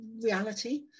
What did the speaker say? reality